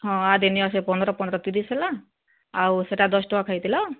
ହଁ ଆଦେ ନିଅସେ ପନ୍ଦ୍ର ପନ୍ଦ୍ର ତିରିଶ୍ ହେଲା ଆଉ ସେଟା ଦଶ୍ ଟଙ୍କା ଖାଇଥିଲ